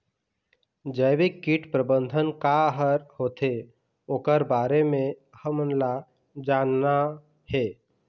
जैविक कीट प्रबंधन का हर होथे ओकर बारे मे हमन ला जानना हे?